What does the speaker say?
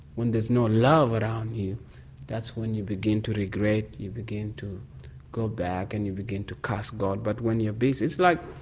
when there's no love around you that's when you begin to regret, you begin to go back and you begin to curse god. but when you're busy it's like,